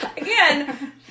Again